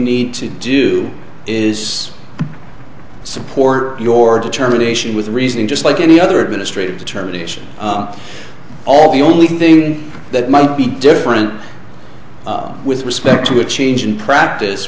need to do is support your determination with reason just like any other administrative determination all the only thing that might be different with respect to a change in practice